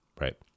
right